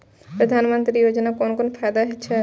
प्रधानमंत्री योजना कोन कोन फायदा छै?